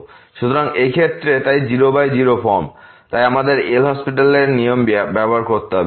সুতরাং এই ক্ষেত্রে তাই 00 ফর্ম আমাদের LHospital এর নিয়ম ব্যবহার করতে হবে